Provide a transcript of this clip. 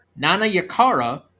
Nanayakara